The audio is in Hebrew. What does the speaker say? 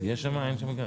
אין שם גז.